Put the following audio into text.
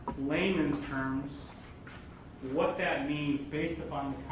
lament's terms what that means based upon